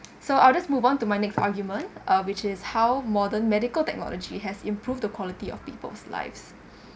so I'll just move on to my next argument uh which is how modern medical technology has improved the quality of people's lives